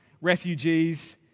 refugees